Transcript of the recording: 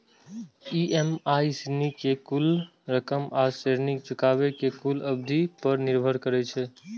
EMI ऋण के कुल रकम आ ऋण चुकाबै के कुल अवधि पर निर्भर करै छै